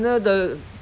try to learn